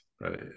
right